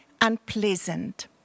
unpleasant